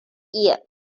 year